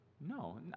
no